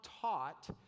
taught